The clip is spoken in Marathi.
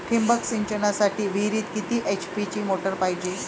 ठिबक सिंचनासाठी विहिरीत किती एच.पी ची मोटार पायजे?